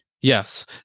yes